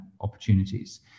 opportunities